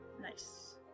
Nice